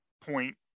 point